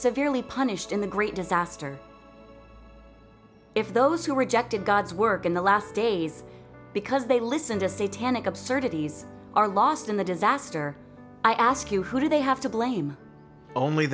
severely punished in the great disaster if those who rejected god's work in the last days because they listened to say ten absurdities are lost in the disaster i ask you who do they have to blame only